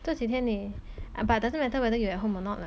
这几天你 but doesn't matter whether you at home or not lah